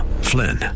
Flynn